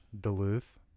Duluth